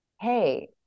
Hey